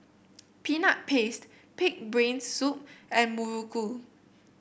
Peanut Paste pig brain soup and muruku